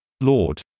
Lord